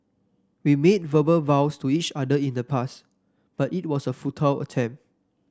we made verbal vows to each other in the past but it was a futile attempt